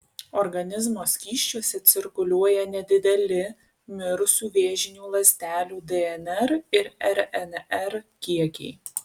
organizmo skysčiuose cirkuliuoja nedideli mirusių vėžinių ląstelių dnr ir rnr kiekiai